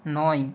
নয়